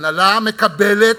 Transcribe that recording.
ההנהלה מקבלת,